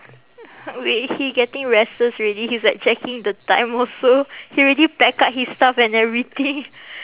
wait he getting restless already he's like checking the time also he already pack up his stuff and everything